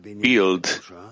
build